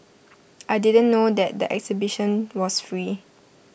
I didn't know there the exhibition was free